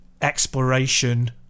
exploration